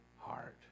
heart